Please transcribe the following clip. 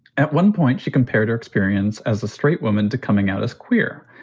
at one point she compared her experience as a straight woman to coming out as queer.